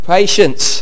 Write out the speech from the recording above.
Patience